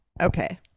Okay